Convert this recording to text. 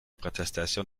protestations